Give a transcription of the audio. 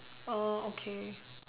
oh okay